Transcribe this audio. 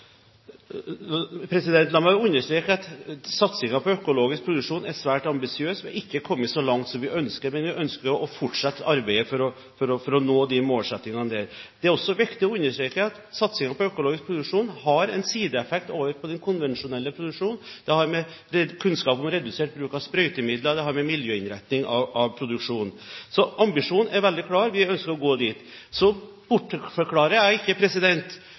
La meg understreke at satsingen på økologisk produksjon er svært ambisiøs. Vi er ikke kommet så langt som vi ønsker, men vi ønsker å fortsette arbeidet for å nå disse målsettingene. Det er også viktig å understreke at satsingen på økologisk produksjon har en sideeffekt på den konvensjonelle produksjonen. Det har med kunnskap om redusert bruk av sprøytemidler og med miljøinnretning av produksjonen å gjøre. Så ambisjonen er veldig klar: Vi ønsker å komme dit. Så bortforklarer jeg ikke